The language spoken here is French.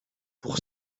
pour